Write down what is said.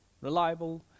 reliable